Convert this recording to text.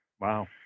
Wow